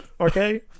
Okay